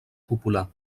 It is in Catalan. popular